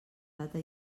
data